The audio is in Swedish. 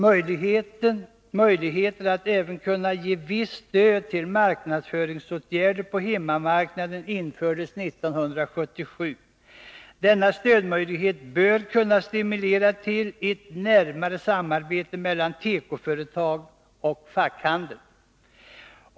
Möjligheter att även ge visst stöd till marknadsföringsåtgärder på hemmamarknaden infördes 1977. Denna stödmöjlighet bör kunna stimulera till ett närmare samarbete mellan tekoföretag och fackhandel.